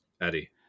Eddie